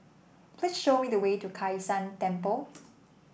please show me the way to Kai San Temple